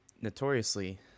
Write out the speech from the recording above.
notoriously